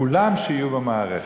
כולם שיהיו במערכת.